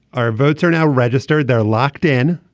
our votes are now registered they're locked in.